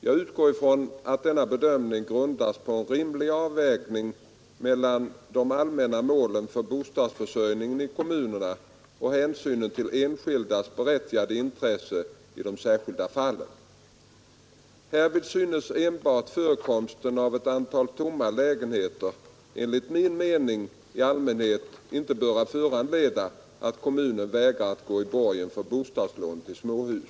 Jag utgår från att denna bedömning grundas på en rimlig avvägning mellan de allmänna målen för bostadsförsörjningen i kommunerna och hänsynen till enskildas berättigade intressen i de särskilda fallen. Härvid synes enbart förekomsten av ett antal tomma lägenheter enligt min mening i allmänhet inte böra föranleda att kommunen vägrar att gå i borgen för bostadslån till småhus.